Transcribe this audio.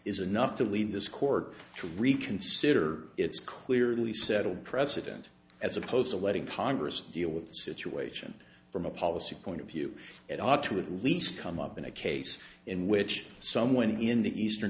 is enough to lead this court to reconsider its clearly set a precedent as opposed to letting congress deal with the situation from a policy point of view it ought to at least come up in a case in which someone in the eastern